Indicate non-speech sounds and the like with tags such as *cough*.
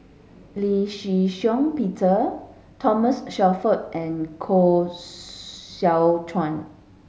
Lee Shih Shiong Peter Thomas Shelford and Koh *unintelligible* Seow Chuan